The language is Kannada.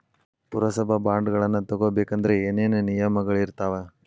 ಪುರಸಭಾ ಬಾಂಡ್ಗಳನ್ನ ತಗೊಬೇಕಂದ್ರ ಏನೇನ ನಿಯಮಗಳಿರ್ತಾವ?